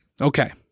Okay